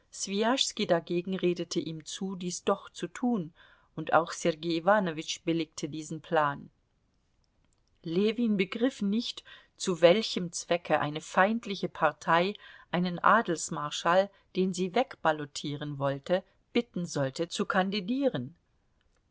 swijaschski dagegen redete ihm zu dies doch zu tun und auch sergei iwanowitsch billigte diesen plan ljewin begriff nicht zu welchem zwecke eine feindliche partei einen adelsmarschall den sie wegballotieren wollte bitten sollte zu kandidieren